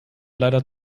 leider